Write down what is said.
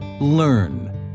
Learn